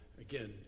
again